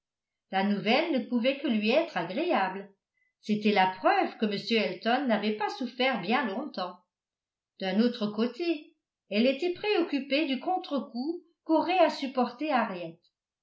la nouvelle ne pouvait que lui être agréable c'était la preuve que m elton n'avait pas souffert bien longtemps d'un autre côté elle était préoccupée du contrecoup qu'aurait à supporter harriet